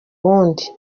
wundi